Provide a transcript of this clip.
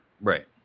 Right